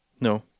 No